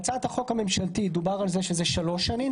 בהצעת החוק הממשלתית דובר על שלוש שנים.